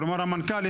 כלומר המנכ"ל,